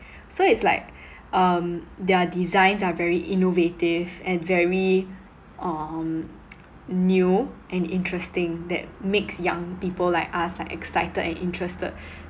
so it's like um their designs are very innovative and very um new and interesting that makes young people like us like excited and interested